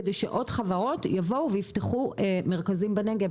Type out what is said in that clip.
כדי שעוד חברות יבואו ויפתחו מרכזים בנגב.